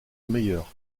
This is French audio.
meilleur